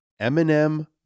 Eminem